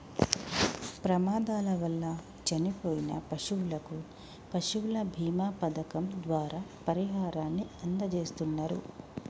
ప్రమాదాల వల్ల చనిపోయిన పశువులకు పశువుల బీమా పథకం ద్వారా పరిహారాన్ని అందజేస్తున్నరు